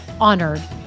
honored